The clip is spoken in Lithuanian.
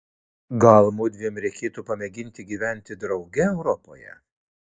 gal mudviem reikėtų pamėginti gyventi drauge europoje